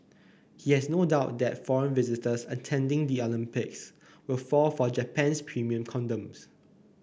he has no doubt that foreign visitors attending the Olympics will fall for Japan's premium condoms